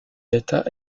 état